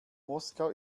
moskau